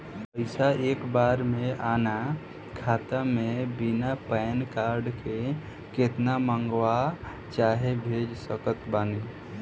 पैसा एक बार मे आना खाता मे बिना पैन कार्ड के केतना मँगवा चाहे भेज सकत बानी?